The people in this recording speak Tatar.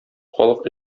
халык